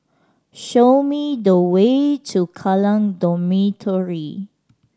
show me the way to Kallang Dormitory